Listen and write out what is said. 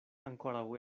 ankoraŭ